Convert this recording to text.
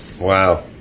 wow